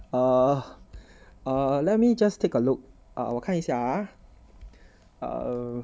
err err let me just take a look err 我看一下 ah err